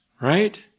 Right